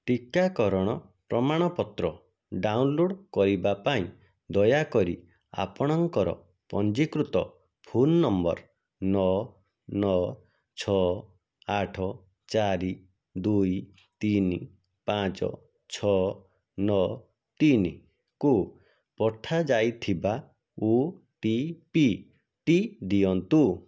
ଟିକାକରଣ ପ୍ରମାଣପତ୍ର ଡାଉନଲୋଡ଼୍ କରିବା ପାଇଁ ଦୟାକରି ଆପଣଙ୍କର ପଞ୍ଜୀକୃତ ଫୋନ୍ ନମ୍ବର୍ ନଅ ନଅ ଛଅ ଆଠ ଚାରି ଦୁଇ ତିନି ପାଞ୍ଚ ଛଅ ନଅ ତିନି କୁ ପଠାଯାଇଥିବା ଓ ଟି ପି ଟି ଦିଅନ୍ତୁ